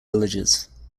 villages